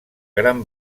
gran